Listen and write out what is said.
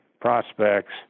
prospects